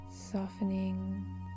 softening